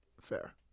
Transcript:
Fair